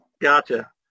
Gotcha